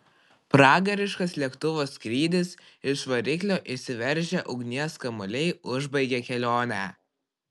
pragariškas lėktuvo skrydis iš variklio išsiveržę ugnies kamuoliai užbaigė kelionę